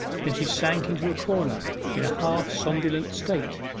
and she sank into a corner in a half-somnolent state,